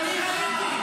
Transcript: אני הייתי.